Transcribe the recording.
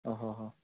ହଁ ହଁ